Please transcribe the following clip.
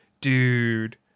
Dude